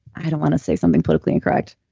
i don't want to say something politically incorrect.